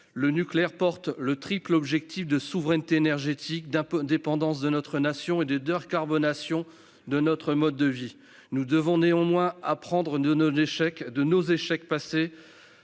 Le nucléaire porte le triple objectif de souveraineté énergétique, d'indépendance de la Nation et de décarbonation de nos modes de vie. Nous devons néanmoins apprendre de nos échecs passés,